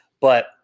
but-